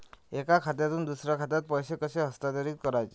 एका खात्यातून दुसऱ्या खात्यात पैसे कसे हस्तांतरित करायचे